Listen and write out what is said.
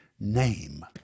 name